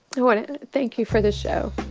i want to thank you for the show.